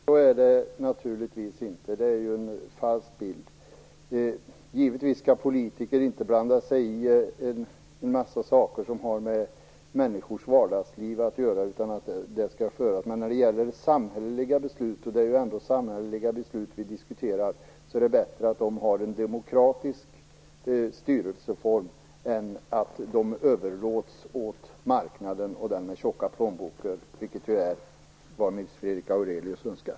Fru talman! Så är det naturligtvis inte. Det är en falsk bild. Givetvis skall politiker inte blanda sig i en mängd saker som har med människors vardagsliv att göra. Men när det gäller samhälleliga beslut, och det är ju ändå samhälleliga beslut vi diskuterar, är det bättre att ha en demokratisk styrelseform än att överlåta beslutsfattandet åt marknaden och därmed åt tjocka plånböcker. Det är ju vad Nils Fredrik Aurelius önskar.